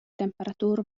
temperatuur